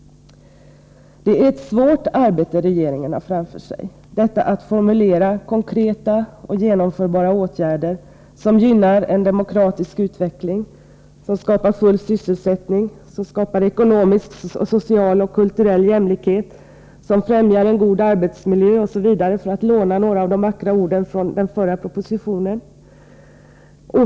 Det är ett svårt arbete regeringen har framför sig: att formulera konkreta och genomförbara åtgärder som gynnar en demokratisk utveckling, som skapar full sysselsättning, som skapar ekonomisk, social och kulturell jämlikhet, som främjar en god arbetsmiljö osv., för att låna några av de vackra orden från den förra propositionen.